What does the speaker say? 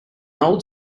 old